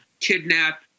kidnap